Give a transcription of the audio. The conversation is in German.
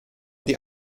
die